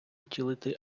втілити